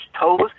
toes